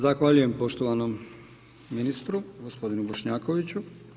Zahvaljujem poštovanom ministru gospodinu Bošnjakoviću.